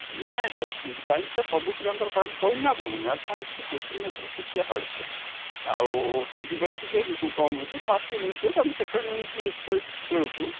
ନାଇଁ ନାଇଁ ସାର୍ ସାଇନ୍ସଟା ସବୁ ପିଲାଙ୍କର ଖରାପ ମୁଁ କହିଲି ନା ଆପଣଙ୍କୁ ମ୍ୟାଥ୍ ସାଇନ୍ସର କୋଶ୍ଚିନ୍ ଏଥର ଟିକେ ହାର୍ଡ଼ ଥିଲା ଆଉ ସେଇଥିପାଇଁ ଟିକେ କମ୍ ଅଛି ଫାଷ୍ଟ ୟୁନିଟ୍ ଟେଷ୍ଟ ଆମେ ସେକେଣ୍ଡ ଟେଷ୍ଟ ବେଳକୁ